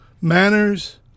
manners